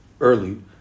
early